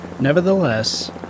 Nevertheless